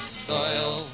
soil